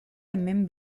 hemen